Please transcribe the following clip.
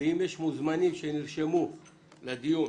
ואם יש מוזמנים שנרשמו לדיון